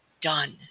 done